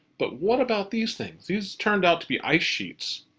but what about these things? these turned out to be ice sheets.